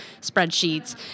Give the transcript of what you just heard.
spreadsheets